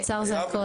הוא נציג מפתח.